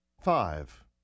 Five